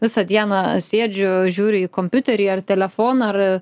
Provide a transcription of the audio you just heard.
visą dieną sėdžiu žiūriu į kompiuterį ar telefoną ir